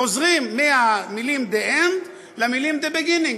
חוזרים מהמילים "the end" למילים "the beginning",